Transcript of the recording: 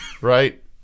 right